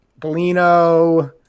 Bellino